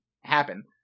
happen